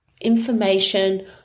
information